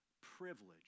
privilege